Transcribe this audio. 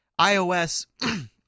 iOS